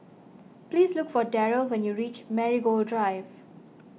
please look for Deryl when you reach Marigold Drive